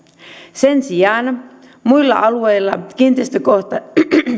sen sijaan muilla alueilla kiinteistökohtaisen